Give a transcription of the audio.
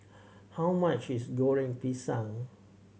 how much is Goreng Pisang